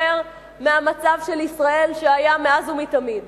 לעומת המצב של ישראל שהיה מאז ומתמיד.